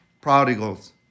prodigals